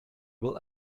will